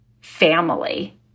family